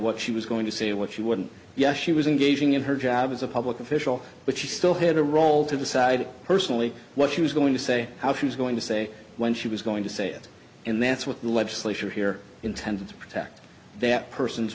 what she was going to say what she wouldn't yes she was engaging in her job as a public official but she still had a role to decide personally what she was going to say how she was going to say when she was going to say it and that's what the legislature here intended to protect that person's